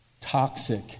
toxic